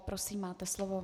Prosím, máte slovo.